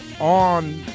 on